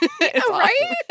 right